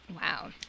Wow